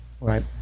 right